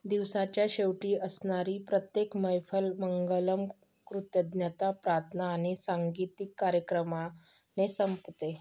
दिवसाच्या शेवटी असणारी प्रत्येक मैफल मंगलम कृतज्ञता प्रार्थना आणि सांगीतिक कार्यक्रमाने संपते